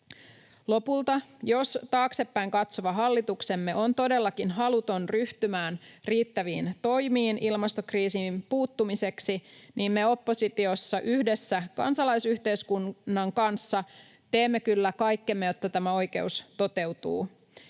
Lopulta, jos taaksepäin katsova hallituksemme on todellakin haluton ryhtymään riittäviin toimiin ilmastokriisiin puuttumiseksi, me oppositiossa yhdessä kansalaisyhteiskunnan kanssa teemme kyllä kaikkemme, jotta tämä oikeus toteutuu.